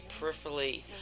peripherally